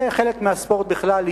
זה חלק מהספורט בכלל,